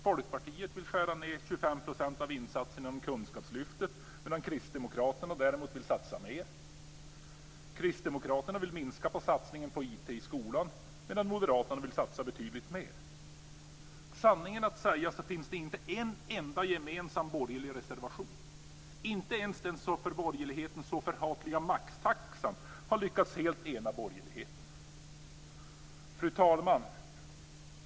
Folkpartiet vill skära ned 25 % av insatserna inom kunskapslyftet medan Kristdemokraterna vill satsa mer. Kristdemokraterna vill minska på satsningen på IT i skolan medan Moderaterna vill satsa betydligt mer. Sanningen att säga finns det inte en enda gemensam borgerlig reservation. Inte ens den för borgerligheten så förhatliga maxtaxan har lyckats helt ena borgerligheten. Fru talman!